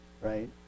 right